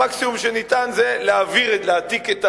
המקסימום שניתן זה להעתיק את הקברים,